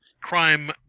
crime